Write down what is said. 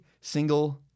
single